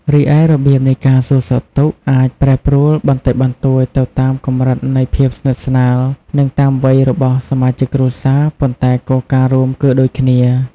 រីឯ របៀបនៃការសួរសុខទុក្ខអាចប្រែប្រួលបន្តិចបន្តួចទៅតាមកម្រិតនៃភាពស្និទ្ធស្នាល និងតាមវ័យរបស់សមាជិកគ្រួសារ ប៉ុន្តែគោលការណ៍រួម គឺដូចគ្នា។